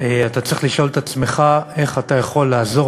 אתה צריך לשאול את עצמך איך אתה יכול לעזור